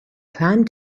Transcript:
climbed